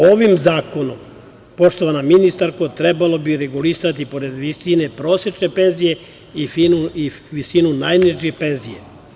Ovim zakonom, poštovana ministarko, trebalo bi regulisati, pored visine prosečne penzije, i visinu najniže penzije.